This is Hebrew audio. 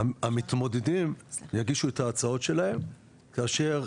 המתמודדים יגישו את ההצעות שלהם כאשר